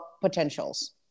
potentials